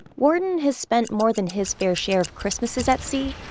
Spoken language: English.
wharton has spent more than his fair share of christmases at sea,